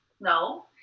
no